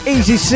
Easy